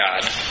God